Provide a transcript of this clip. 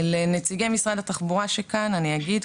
לנציגי משרד התחבורה שכאן אני אגיד,